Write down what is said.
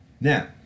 Now